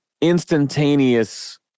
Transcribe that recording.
instantaneous